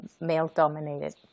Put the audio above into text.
male-dominated